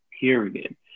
period